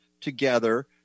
together